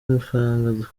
amafaranga